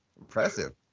Impressive